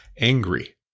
angry